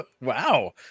Wow